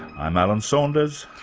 i'm alan saunders.